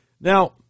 Now